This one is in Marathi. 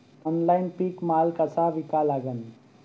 ऑनलाईन पीक माल कसा विका लागन?